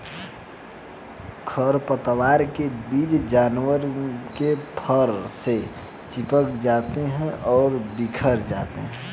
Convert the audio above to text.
खरपतवार के बीज जानवर के फर से चिपक जाते हैं और बिखर जाते हैं